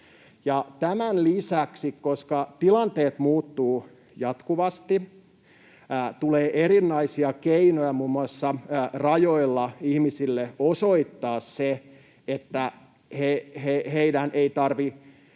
Tämän lisäksi tilanteet muuttuvat jatkuvasti ja tulee erilaisia keinoja muun muassa rajoilla ihmisille osoittaa se, että heidän ei tarvitse